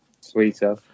Sweeter